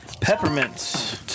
Peppermints